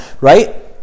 Right